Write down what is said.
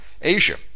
Asia